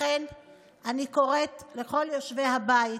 לכן אני קוראת לכל יושבי הבית